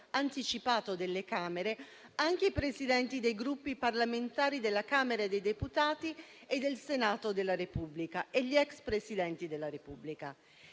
anticipato delle Camere anche i Presidenti dei Gruppi parlamentari della Camera dei deputati e del Senato della Repubblica e gli ex Presidenti della Repubblica.